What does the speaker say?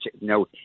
no